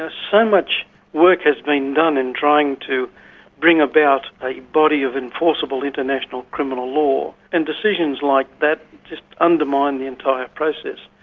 ah so much work has been done in trying to bring about a body of enforceable international criminal law. and decisions like that just undermine the entire process.